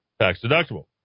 tax-deductible